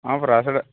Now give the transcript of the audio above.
ହଁ ପରା ସେଇଟା